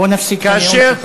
בוא נפסיק את הנאום שלך.